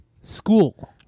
school